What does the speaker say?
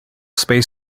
space